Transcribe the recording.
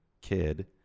kid